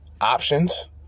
options